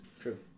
true